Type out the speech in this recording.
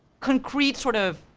concrete sort of